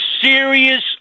serious